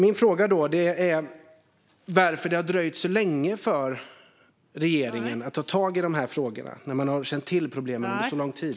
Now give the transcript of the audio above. Min fråga är varför det har dröjt så länge för regeringen att ta tag i de här frågorna när man har känt till problemen under så lång tid.